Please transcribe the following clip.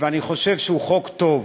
ואני חושב שהוא חוק טוב.